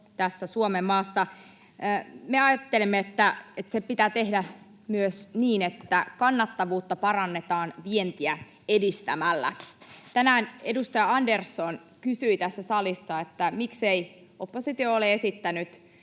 tässä Suomenmaassa. Me ajattelemme, että se pitää tehdä myös niin, että kannattavuutta parannetaan vientiä edistämällä. Tänään edustaja Andersson kysyi tässä salissa, miksei oppositio ole esittänyt